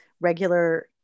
regular